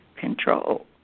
control